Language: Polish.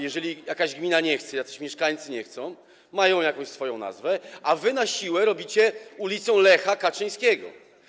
Jeżeli jakaś gmina nie chce, jacyś mieszkańcy nie chcą, mają jakąś swoją nazwę, wy na siłę nazywacie ulicę imieniem Lecha Kaczyńskiego.